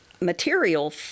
material